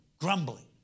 grumbling